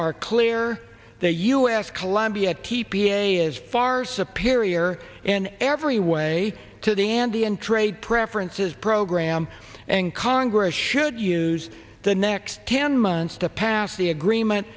are clear the u s colombia t p a is far superior in every way to the andean trade preferences program and congress should use the next ten months to pass the agreement